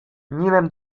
nilem